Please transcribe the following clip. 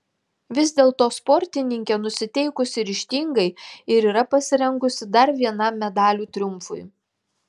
vis dėlto sportininkė nusiteikusi ryžtingai ir yra pasirengusi dar vienam medalių triumfui